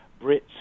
Brits